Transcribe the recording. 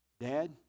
Dad